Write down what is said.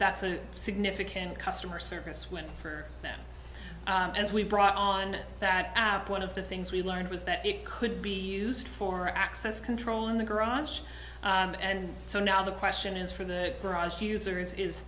that's a significant customer service win for them as we brought on that one of the things we learned was that it could be used for access control in the garage and so now the question is for the garage